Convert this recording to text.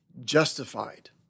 justified